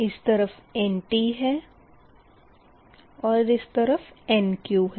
इस तरफ़ Nt है और इस तरफ़ Nq है